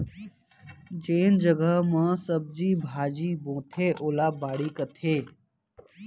जेन जघा म सब्जी भाजी बोथें ओला बाड़ी कथें